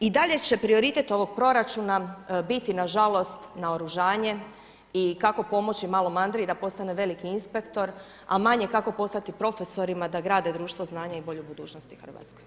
I dalje će prioritet ovog proračuna biti nažalost naoružanje i kako pomoći malom Andriji da postane veliki inspektor a manje kako postati profesorima da grade društvo znanja i bolju budućnost u Hrvatskoj.